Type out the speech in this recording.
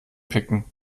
picken